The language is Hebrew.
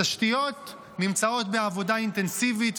התשתיות נמצאות בעבודה אינטנסיבית,